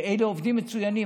אלה עובדים מצוינים.